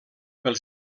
pel